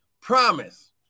Promise